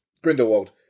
Grindelwald